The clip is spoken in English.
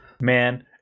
Man